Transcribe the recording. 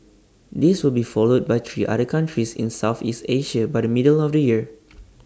this will be followed by three other countries in Southeast Asia by the middle of the year